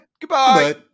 Goodbye